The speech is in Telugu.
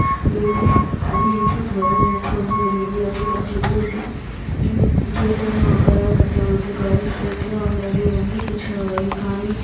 బేసిక్స్ అన్ని యూట్యూబ్ ద్వారా నేర్చుకోవడం జరిగింది అప్పుడు తను చెప్పేది చేతులను వంకరగా పెట్టకూడదు కాళ్ళు స్ట్రైట్ గా ఉండాలి వంగి కూర్చోవాలి కానీ